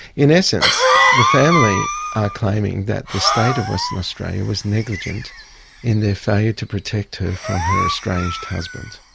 in essence the family are claiming that the state of western australia was negligent in their failure to protect her from her estranged husband.